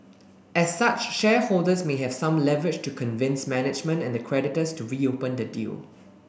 as such shareholders may have some leverage to convince management and the creditors to reopen the deal